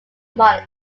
munich